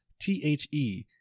t-h-e